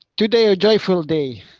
today a joyful day